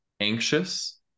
anxious